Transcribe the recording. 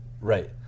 Right